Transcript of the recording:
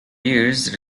years